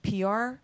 pr